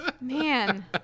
Man